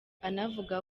anavuga